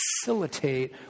facilitate